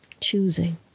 choosing